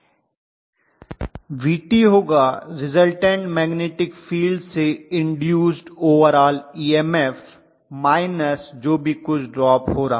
Vt होगा resultant magnetic field से induced overall EMF minus जो भी कुछ ड्रॉप हो रहा है